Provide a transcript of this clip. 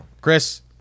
Chris